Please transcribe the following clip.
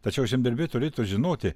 tačiau žemdirbiai turėtų žinoti